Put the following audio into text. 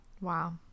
Wow